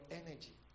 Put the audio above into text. energy